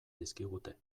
dizkigute